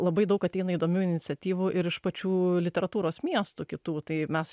labai daug ateina įdomių iniciatyvų ir iš pačių literatūros miestų kitų tai mes